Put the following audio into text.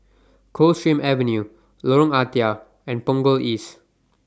Coldstream Avenue Lorong Ah Thia and Punggol East